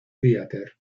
theatre